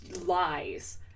lies